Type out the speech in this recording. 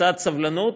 קצת סבלנות.